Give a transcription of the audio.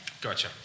Gotcha